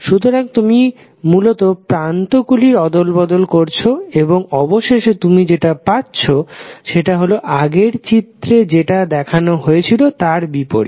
সুতরাং তুমি মূলত প্রান্ত গুলির অদলবদল করছো এবং অবশেষে তুমি যেটা পাচ্ছো সেটা হলো আগের চিত্রে যেটা দেখানো হয়েছিল তার বিপরীত